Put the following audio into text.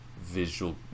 visual